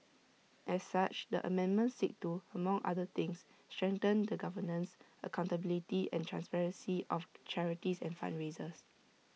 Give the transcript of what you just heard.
as such the amendments seek to among other things strengthen the governance accountability and transparency of charities and fundraisers